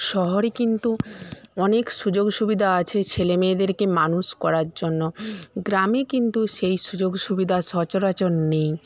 শহরে কিন্তু অনেক সুযোগ সুবিধা আছে ছেলেমেয়েদেরকে মানুষ করার জন্য গ্রামে কিন্তু সেই সুযোগ সুবিধা সচরাচর নেই